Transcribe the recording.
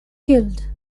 killed